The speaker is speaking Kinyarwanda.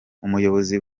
umuyobozi